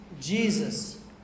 Jesus